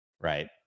Right